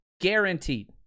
guaranteed